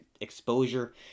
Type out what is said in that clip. exposure